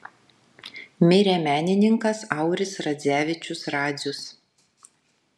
mirė menininkas auris radzevičius radzius